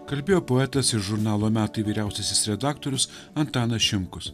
kalbėjo poetas iš žurnalo metai vyriausiasis redaktorius antanas šimkus